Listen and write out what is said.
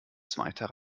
zweiter